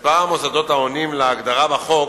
מספר המוסדות העונים להגדרה בחוק